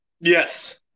Yes